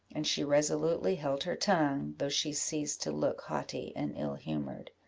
and she resolutely held her tongue, though she ceased to look haughty and ill-humoured.